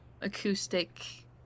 acoustic